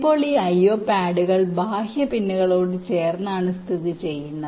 ഇപ്പോൾ ഈ IO പാഡുകൾ ബാഹ്യ പിന്നുകളോട് ചേർന്നാണ് സ്ഥിതി ചെയ്യുന്നത്